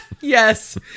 Yes